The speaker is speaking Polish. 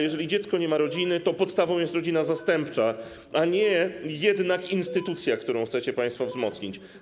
Jeżeli dziecko nie ma rodziny, to podstawą jest rodzina zastępcza, a nie instytucja, którą chcecie państwo wzmocnić.